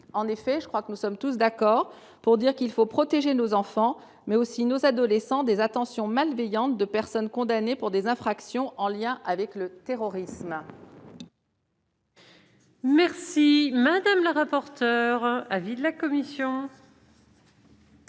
En effet, nous sommes tous d'accord pour dire qu'il faut protéger nos enfants, mais aussi nos adolescents, des intentions malveillantes de personnes condamnées pour des infractions en lien avec le terrorisme. Quel est l'avis de la commission